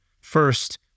First